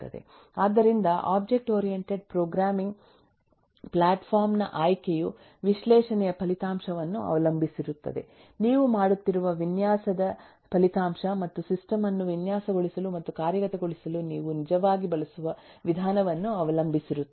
ಆದ್ದರಿಂದ object oriented programming platform ನ ಆಯ್ಕೆಯು ವಿಶ್ಲೇಷಣೆಯ ಫಲಿತಾಂಶವನ್ನು ಅವಲಂಬಿಸಿರುತ್ತದೆ ನೀವು ಮಾಡುತ್ತಿರುವ ವಿನ್ಯಾಸದ ಫಲಿತಾಂಶ ಮತ್ತು ಸಿಸ್ಟಮ್ ಅನ್ನು ವಿನ್ಯಾಸಗೊಳಿಸಲು ಮತ್ತು ಕಾರ್ಯಗತಗೊಳಿಸಲು ನೀವು ನಿಜವಾಗಿ ಬಳಸುವ ವಿಧಾನವನ್ನು ಅವಲಂಬಿಸಿರುತ್ತದೆ